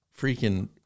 freaking